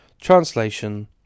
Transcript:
Translation